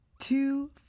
two